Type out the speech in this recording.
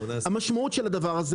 המשמעות של הדבר הזה